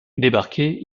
débarqué